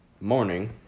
morning